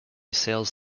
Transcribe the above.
sales